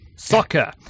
Soccer